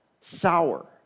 sour